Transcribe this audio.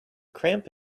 cramp